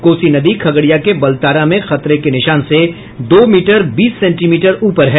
कोसी नदी खगड़िया के बलतारा में खतरे के निशान से दो मीटर बीस सेंटीमीटर ऊपर है